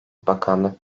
bakanlık